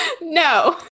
no